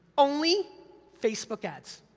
only facebook ads.